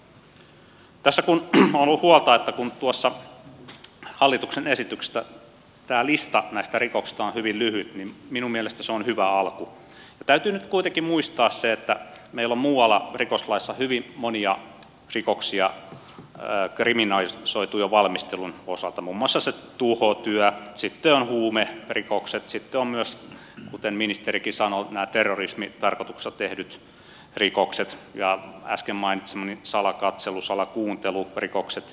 tässä kun on ollut huolta siitä että tuossa hallituksen esityksessä tämä lista näistä rikoksista on hyvin lyhyt niin minun mielestäni se on hyvä alku ja täytyy nyt kuitenkin muistaa se että meillä on muualla rikoslaissa hyvin monia rikoksia kriminalisoitu jo valmistelun osalta muun muassa se tuhotyö sitten on huumerikokset sitten on myös kuten ministerikin sanoi nämä terrorismitarkoituksessa tehdyt rikokset ja äsken mainitsemani salakatselu salakuuntelurikokset